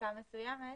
לשכה מסוימת,